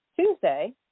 Tuesday